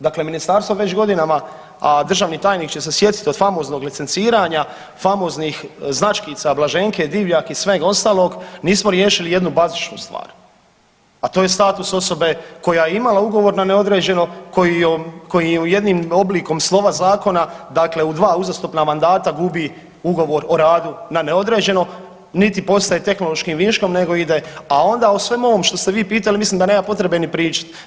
Dakle, ministarstvo već godinama, a državni tajnik će se sjetiti od famoznog licenciranja, famoznih značkica Blaženke Divjak i sveg ostalog nismo riješili jednu bazičnu stvar, a to je status osobe koja je imala ugovor na neodređeno koji joj je jednim oblikom slova zakona dakle u dva uzastopna mandata gubi ugovor o radu na neodređeno, niti postaje tehnološkim viškom nego ide, a onda o svemu ovom što ste vi pitali mislim da nema potrebe niti pričat.